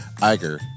Iger